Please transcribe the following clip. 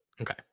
Okay